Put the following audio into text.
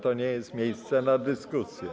To nie jest miejsce na dyskusje.